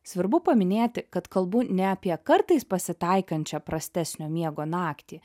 svarbu paminėti kad kalbu ne apie kartais pasitaikančią prastesnio miego naktį